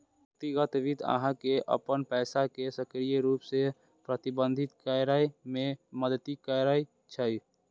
व्यक्तिगत वित्त अहां के अपन पैसा कें सक्रिय रूप सं प्रबंधित करै मे मदति करै छै